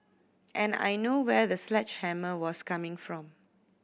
and I know where the sledgehammer was coming from